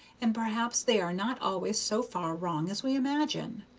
and perhaps they are not always so far wrong as we imagine.